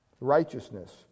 righteousness